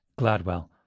Gladwell